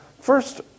first